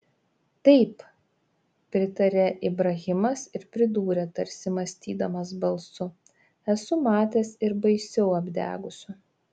taip pritarė ibrahimas ir pridūrė tarsi mąstydamas balsu esu matęs ir baisiau apdegusių